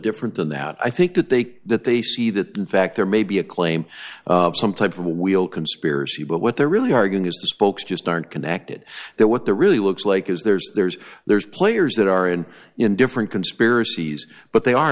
different than that i think that they that they see that the fact there may be a claim of some type of wheel conspiracy but what they're really are going to spokes just aren't connected that what they're really looks like is there's there's there's players that are and in different conspiracies but they are